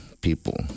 people